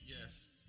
Yes